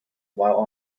while